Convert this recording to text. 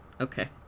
Okay